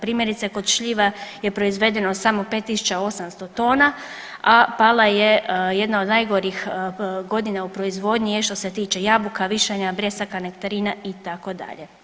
Primjerice kod šljiva je proizvedeno samo 5800 tona, a pala je jedna od najgorih godina u proizvodnji je što se tiče jabuka, višanja, bresaka, nektarina itd.